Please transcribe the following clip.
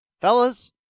fellas